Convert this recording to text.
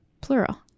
plural